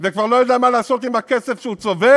וכבר לא יודע מה לעשות עם הכסף שהוא צובר,